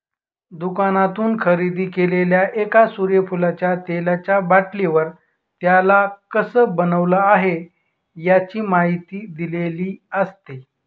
दुकानातून खरेदी केलेल्या एका सूर्यफुलाच्या तेलाचा बाटलीवर, त्याला कसं बनवलं आहे, याची माहिती दिलेली असते